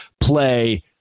play